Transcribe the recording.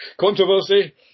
controversy